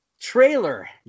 trailer